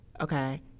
Okay